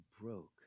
broke